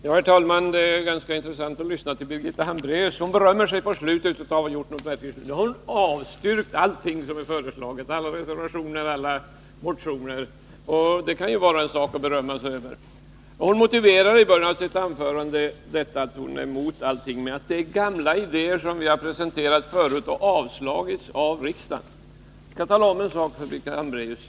Herr talman! Det var ganska intressant att lyssna till Birgitta Hambraeus. Hon berömde sig på slutet av att ha avstyrkt allting som föreslagits — alla reservationer och alla motioner. Det kan ju vara en sak att berömma sig för. Hon motiverade i början av sitt anförande att hon är emot allting att det är gamla idéer som vi presenterat förut och som avslagits av riksdagen. Jag skall tala om en sak för Birgitta Hambraeus.